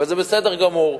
וזה בסדר גמור.